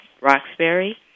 Roxbury